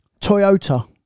Toyota